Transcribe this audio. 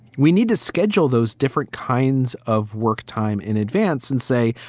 we need to schedule those different kinds of work time in advance and say,